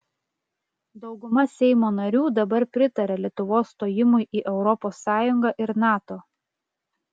dauguma seimo narių dabar pritaria lietuvos stojimui į europos sąjungą ir nato